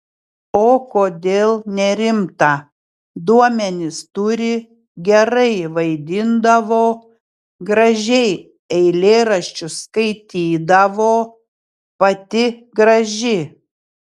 o kodėl nerimta duomenis turi gerai vaidindavo gražiai eilėraščius skaitydavo pati graži